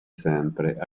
sempre